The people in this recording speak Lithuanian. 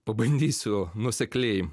pabandysiu nuosekliai